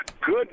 good